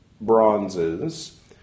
bronzes